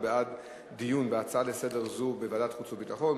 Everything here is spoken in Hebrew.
הוא בעד דיון בהצעה זו לסדר-היום בוועדת חוץ וביטחון,